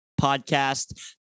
Podcast